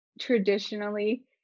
traditionally